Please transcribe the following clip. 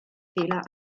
fehler